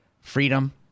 freedom